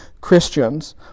Christians